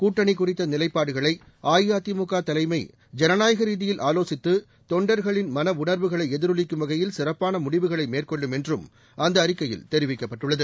கூட்டணி குறித்த நிலைப்பாடுகளை அஇஅதிமுக தலைமை ஜனநாயக ரீதியில் ஆலோசித்து தொண்டர்களின் மனஉணர்வுகளை எதிரொலிக்கும் வகையில் சிறப்பான முடிவுகளை மேற்கொள்ளும் என்றும் அந்த அறிக்கையில் தெரிவிக்கப்பட்டுள்ளது